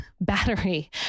Battery